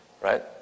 right